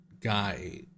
guy